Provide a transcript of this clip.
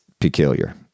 peculiar